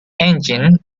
engine